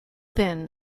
then